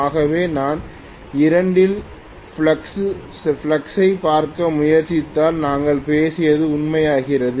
ஆகவே நான் 2 இன் ஃப்ளக்ஸ் ஸைப் பார்க்க முயற்சித்தால் நாங்கள் பேசியது உண்மையாகிறது